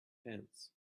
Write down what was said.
hands